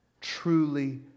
Truly